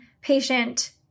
patient